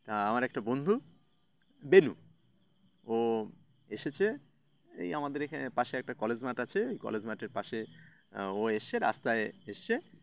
তা আমার একটা বন্ধু বেলু ও এসেছে এই আমাদের এখানে পাশে একটা কলেজ মাঠ আছে এই কলেজ মাঠের পাশে ও এসেছে রাস্তায় এসেছে